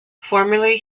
formerly